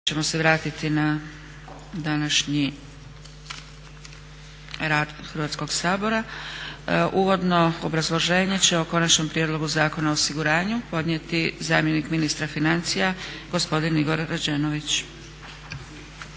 ćemo se vratiti na današnji rad Hrvatskog sabora. Uvodno obrazloženje će o Konačnom prijedlogu Zakona o osiguranju podnijeti zamjenik ministra financija gospodin Igor Rađenović.